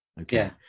Okay